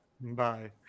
bye